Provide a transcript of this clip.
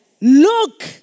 Look